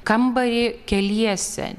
kambarį keliese